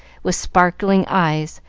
with sparkling eyes,